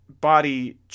body